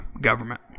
government